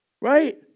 Right